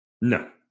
No